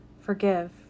Forgive